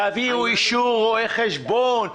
תביאו אישור רואה חשבון,